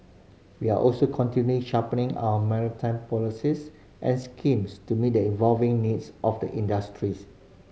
we are also continually sharpening our maritime policies and schemes to meet the evolving needs of the industries